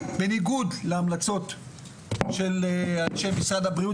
בניגוד להמלצות של אנשי משרד הבריאות,